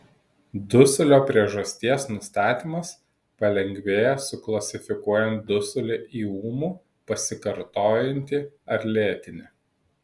dusulio priežasties nustatymas palengvėja suklasifikuojant dusulį į ūmų pasikartojantį ar lėtinį